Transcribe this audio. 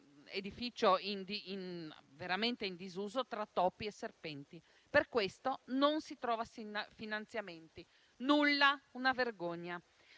edificio veramente in disuso, tra topi e serpenti. Per questo non si trovano finanziamenti. Nulla: una vergogna!